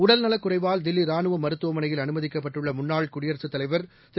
உடல்நலக் குறைவால் தில்லி ராணுவ மருத்துவமனையில் அனுமதிக்கப்பட்டுள்ள முன்னாள் குடியரசுத் தலைவர் திரு